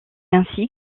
ainsi